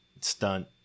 stunt